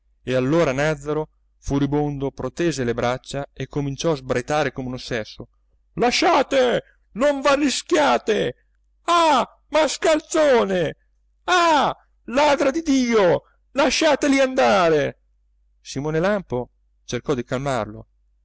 e allora nàzzaro furibondo protese le braccia e cominciò a sbraitare come un ossesso lasciate non v'arrischiate ah mascalzone ah ladra di dio lasciateli andare simone lampo cercò di calmarlo